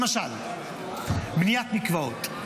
למשל: בניית מקוואות.